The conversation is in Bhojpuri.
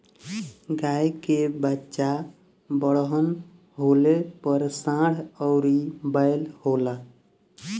गाय के बच्चा बड़हन होले पर सांड अउरी बैल होला